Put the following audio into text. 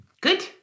Good